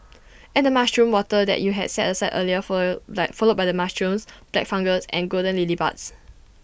add the mushroom water that you had set aside earlier follow by followed by the mushrooms black fungus and golden lily buds